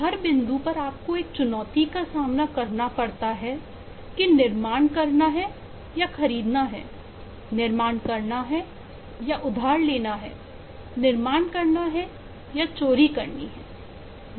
हर बिंदु पर आपको एक चुनौती का सामना करना पड़ता है कि निर्माण करना है या खरीदना है निर्माण करना है या उधार लेना है निर्माण करना है या चोरी करनी है